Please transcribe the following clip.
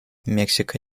мексика